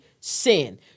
sin